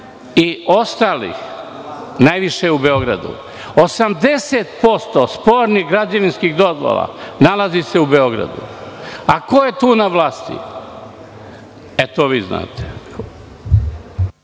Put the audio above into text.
i ostalih najviše je u Beogradu, 80% spornih građevinskih dozvola nalazi se u Beogradu, a ko je tu na vlasti? E, to vi znate.